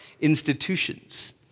institutions